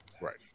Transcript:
Right